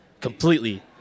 completely